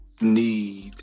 need